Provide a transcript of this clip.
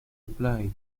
reply